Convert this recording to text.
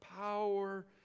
power